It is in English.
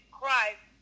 Christ